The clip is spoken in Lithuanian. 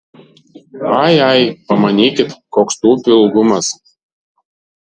ai ai pamanykit koks tų upių ilgumas